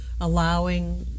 allowing